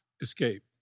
escape